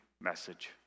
message